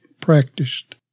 practiced